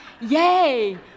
Yay